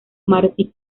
marty